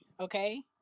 Okay